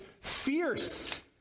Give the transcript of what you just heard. fierce